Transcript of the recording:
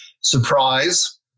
surprise